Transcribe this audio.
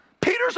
peter's